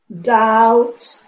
doubt